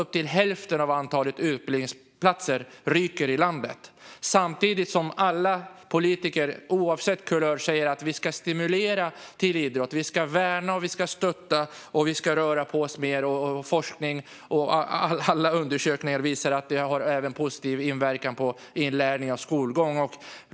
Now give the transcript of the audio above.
Upp till hälften av antalet utbildningsplatser i landet kan ryka samtidigt som alla politiker oavsett kulör säger att vi ska stimulera till idrott, att vi ska värna och stötta rörelse, att vi ska röra på oss mer och att forskning och alla undersökningar visar att det även har positiv inverkan på inlärningen.